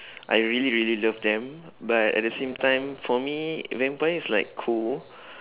I really really love them but at the same time for me vampire is like cool